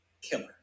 killer